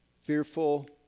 fearful